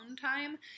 time